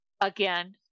again